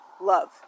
love